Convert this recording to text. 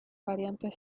variantes